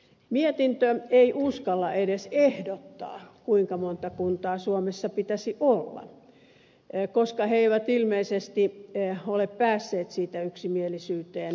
mietintö ei uskalla edes ehdottaa kuinka monta kuntaa suomessa pitäisi olla koska he eivät ilmeisesti ole päässeet siitä yksimielisyyteen